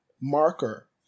marker